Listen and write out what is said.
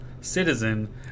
citizen